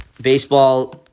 baseball